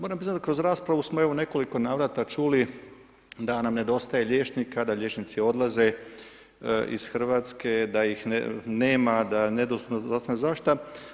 Moram priznati kroz raspravu smo evo u nekoliko navrata čuli da nam nedostaje liječnika, da liječnici odlaze iz Hrvatske da ih nema, da je nedostupna zdravstvena zaštita.